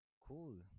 Cool